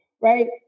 right